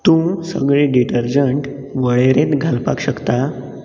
तूं सगळे डिटर्जंट वळेरेंत घालपाक शकता